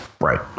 right